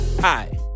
Hi